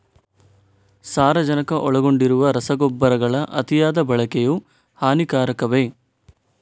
ಸಾರಜನಕ ಒಳಗೊಂಡಿರುವ ರಸಗೊಬ್ಬರಗಳ ಅತಿಯಾದ ಬಳಕೆಯು ಹಾನಿಕಾರಕವೇ?